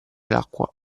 l’acqua